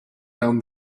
down